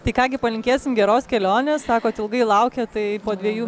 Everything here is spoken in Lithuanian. tai ką gi palinkėsim geros kelionės sakot ilgai laukėt tai po dviejų